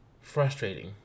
frustrating